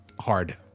hard